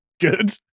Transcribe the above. Good